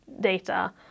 data